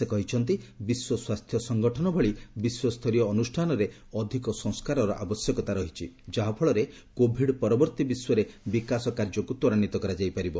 ସେ କହିଛନ୍ତି ବିଶ୍ୱ ସ୍ୱାସ୍ଥ୍ୟ ସଂଗଠନ ଭଳି ବିଶ୍ୱସ୍ତରୀୟ ଅନୁଷ୍ଠାନରେ ଅଧିକ ସଂସ୍କାରର ଆବଶ୍ୟକତା ରହିଛି ଯାହାଫଳରେ କୋଭିଡ୍ ପରବିର୍ତ୍ତୀ ବିଶ୍ୱରେ ବିକାଶକାର୍ଯ୍ୟକୁ ତ୍ୱରାନ୍ୱିତ କରାଯାଇ ପାରିବ